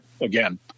again